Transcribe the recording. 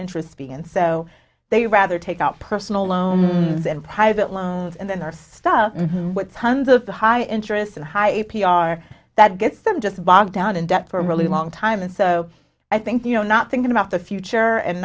interest b and so they rather take out personal loans and private loans and then our stuff and what sons of the high interest and high a p r that gets them just bogged down in debt for a really long time and so i think you know not thinking about the future and